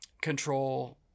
control